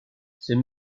c’est